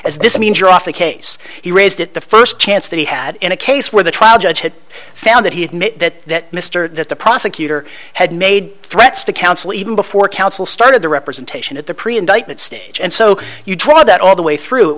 as this means you're off the case he raised it the first chance that he had in a case where the trial judge had found that he had made that mr that the prosecutor had made threats to counsel even before counsel started the representation at the pre indictment stage and so you try that all the way through it